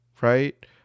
right